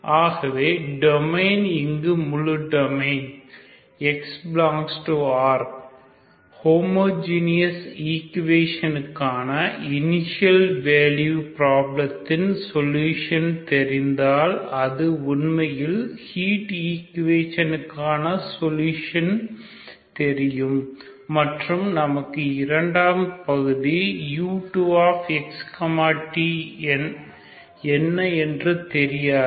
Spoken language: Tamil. ஆகவே டொமைன் இங்கு முழு டொமைன் x∈R ஹோமோஜீனியஸ் ஈக்குவேஷனுக்கான இனிஷியல் வேல்யூ பிராபிலத்தின் சொல்யூஷன் தெரிந்தால் அது உண்மையில் ஹீட் ஈக்குவேஷனுக்கான சொலுஷன் தெரியும் மற்றும் நமக்கு இரண்டாம் பகுதி u2x t என்ன என்று தெரியாது